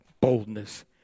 boldness